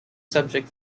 subject